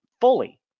fully